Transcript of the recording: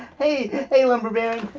hey lumber baron.